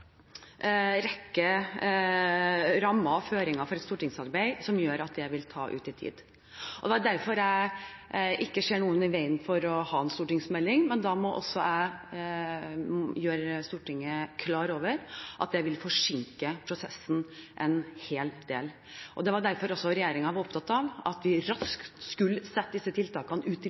rekke rammer og føringer for et stortingsarbeid som gjør at det vil dra ut i tid. Jeg ser ikke at det er noe i veien for å ha en stortingsmelding, men da må jeg gjøre Stortinget klar over at det vil forsinke prosessen en hel del. Det var også derfor regjeringen var opptatt av at vi raskt skulle sette disse tiltakene